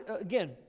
again